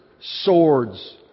swords